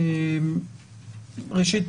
ראשית,